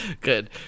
Good